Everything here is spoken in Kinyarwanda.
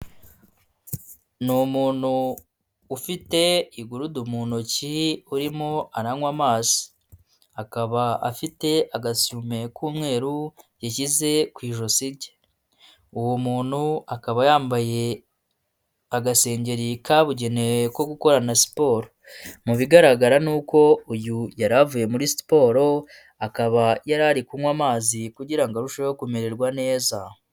Ni umuntu ufite igurude mu ntoki urimo aranywa amazi . Akaba afite agasume k'umweru yashyize ku ijosi rye. Uwo muntu akaba yambaye agasengeri kabugenewe ko gukorana siporo . Mu bigaragara ni uko uyu yari avuye muri siporo akaba yarari kunywa amazi kugira ngo arusheho kumererwa neza.